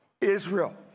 Israel